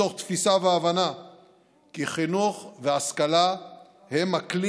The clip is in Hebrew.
מתוך תפיסה והבנה כי חינוך והשכלה הם הכלי